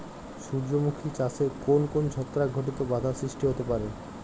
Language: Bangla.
সূর্যমুখী চাষে কোন কোন ছত্রাক ঘটিত বাধা সৃষ্টি হতে পারে?